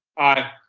aye.